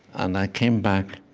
and i came back,